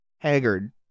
haggard